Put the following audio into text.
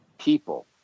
people